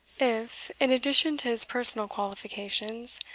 if, in addition to his personal qualifications,